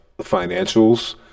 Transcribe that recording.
financials